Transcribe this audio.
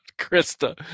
Krista